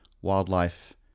Wildlife